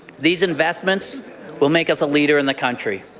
these investments will make us a leader in the country.